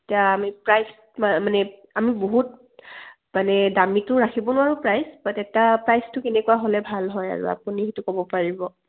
এতিয়া আমি প্ৰাইজ মানে আমি বহুত মানে দামীটো ৰাখিব নোৱাৰোঁ প্ৰাইজ বাট এটা প্ৰাইজটো কেনেকুৱা হ'লে ভাল হয় আৰু আপুনি সেইটো ক'ব পাৰিব